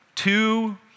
Two